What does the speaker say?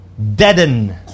deaden